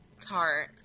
tart